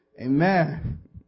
Amen